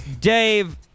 Dave